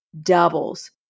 doubles